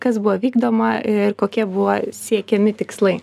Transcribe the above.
kas buvo vykdoma ir kokie buvo siekiami tikslai